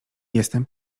jestem